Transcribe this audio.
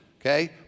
okay